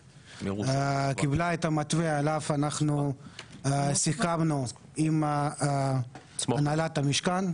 קיבלה את המתווה עליו אנחנו סיכמנו עם הנהלת המשכן.